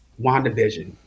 WandaVision